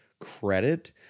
credit